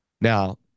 now